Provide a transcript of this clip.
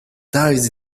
dives